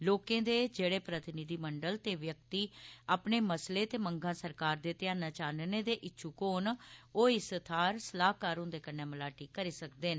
लोकें दी जेहड़े प्रतिनिधिमंडल ते व्यक्ति अपने मसले ते मंगां सरकार दे ध्यान च आन्नने दे इच्छुक होन ओह् इस थाहरै सलाहकार हुंदे कन्नै मलाटी करी सकदे न